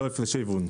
הפרשי היוון.